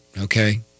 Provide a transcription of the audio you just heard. okay